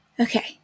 Okay